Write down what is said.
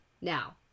now